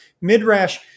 Midrash